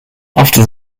after